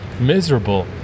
miserable